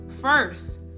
first